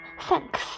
Thanks